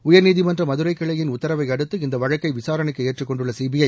உயர்நீதிமன்ற மதுரைக் கிளையின் உத்தரவையடுத்து இந்த வழக்கை விசாரணைக்கு ஏற்றுக்கொண்டுள்ள சிபிஐ